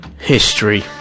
history